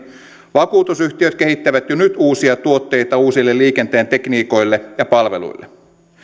vakuutusyhtiöt kehittävät jo nyt uusia tuotteita uusille liikenteen tekniikoille ja palveluille